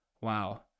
Wow